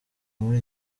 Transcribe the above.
muri